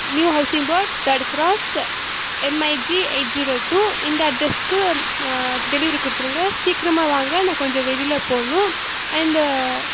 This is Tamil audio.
new housing board third cross MIG eight zero two இந்த அட்ரெஸ்க்கு டெலிவரி கொடுத்துருங்க சீக்கிரமா வாங்க நான் கொஞ்சம் வெளியில் போகணும் அண்டு